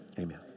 Amen